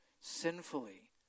sinfully